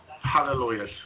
Hallelujah